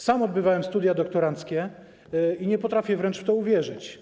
Sam odbywałem studia doktoranckie i nie potrafię wręcz w to uwierzyć.